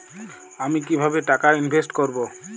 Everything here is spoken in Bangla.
আমি কিভাবে টাকা ইনভেস্ট করব?